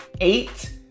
Eight